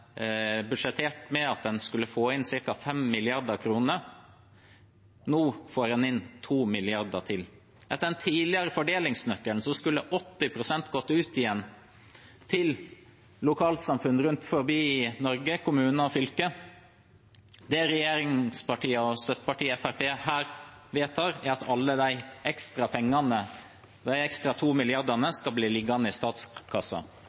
budsjettert med at en skulle få inn ca. 5 mrd. kr. Nå får en inn 2 mrd. kr til. Etter den tidligere fordelingsnøkkelen skulle 80 pst. gått ut igjen til lokalsamfunn rundt om i Norge, kommuner og fylker. Det regjeringspartiene og støttepartiet Fremskrittspartiet her vedtar, er at alle de ekstra pengene, de 2 mrd. kr, skal bli liggende i